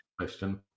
question